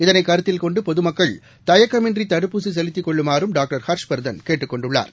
இதனைக் கருத்தில் கொண்டுபொதுமக்கள் தயக்கமின்றிதடுப்பூசிசெலுத்திக் கொள்ளுமாறும் டாக்டர் ஹர்ஷ்வர்தன் கேட்டுக் கொண்டுள்ளார்